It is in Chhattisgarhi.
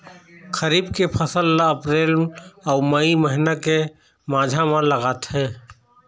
खरीफ के फसल ला अप्रैल अऊ मई महीना के माझा म लगाथे